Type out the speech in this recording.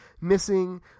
missing